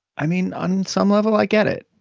i mean, on some level, i get it.